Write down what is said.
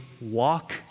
walk